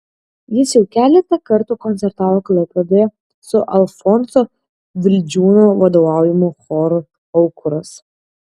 jis jau keletą kartų koncertavo klaipėdoje su alfonso vildžiūno vadovaujamu choru aukuras